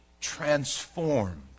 transformed